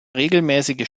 regelmäßige